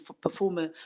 performer